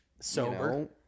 sober